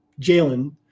Jalen